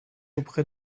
auprès